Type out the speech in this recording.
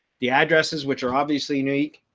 the addresses, which are obviously unique,